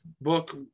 book